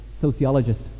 sociologist